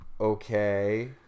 Okay